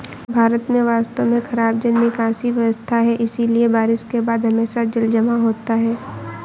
भारत में वास्तव में खराब जल निकासी व्यवस्था है, इसलिए बारिश के बाद हमेशा जलजमाव होता है